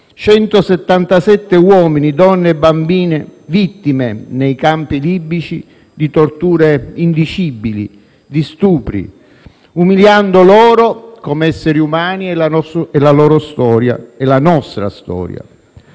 177 uomini, donne e bambini, vittime nei campi libici di torture indicibili e stupri, umiliando loro, come esseri umani, la loro storia e la nostra.